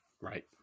Right